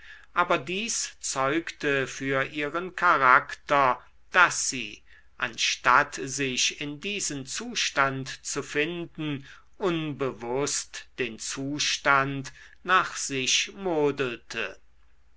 aber dies zeugte für ihren charakter daß sie anstatt sich in diesen zustand zu finden unbewußt den zustand nach sich